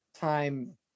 time